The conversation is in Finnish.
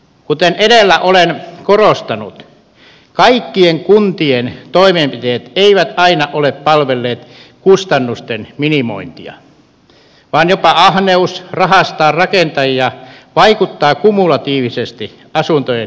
kuten edellä olen korostanut kaikkien kun tien toimenpiteet eivät aina ole palvelleet kustannusten minimointia vaan jopa ahneus rahastaa rakentajia vaikuttaa kumulatiivisesti asuntojen hintaan